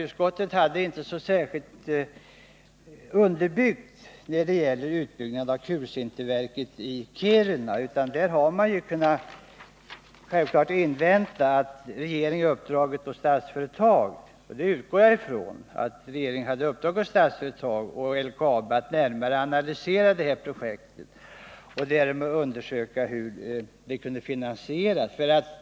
Utskottet hade inte ett uttalande när det gäller finansiering av utbyggnad av kulsinterverket i Kiruna särskilt väl underbyggt, utan man hade självfallet kunnat invänta att regeringen uppdragit åt Statsföretag att utreda frågan — innan man uttalar sig för eller emot omoch tillbyggnad. Jag utgår från att regeringen skulle ha uppdragit åt Statsföretag och LKAB att närmare analysera projektet och undersöka möjligheterna till finansiering.